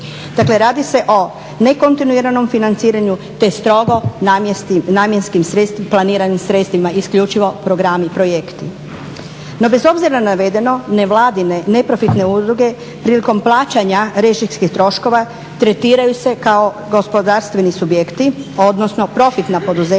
Dakle, radi se o nekontinuiranom financiranju te strogo namjenski planiranim sredstvima, isključivo programi i projekti. No bez obzira na navedeno nevladine neprofitne udruge prilikom plaćanja režijskih troškova tretiraju se kao gospodarstveni subjekti, odnosno profitna poduzeća